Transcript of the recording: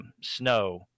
snow